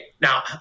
now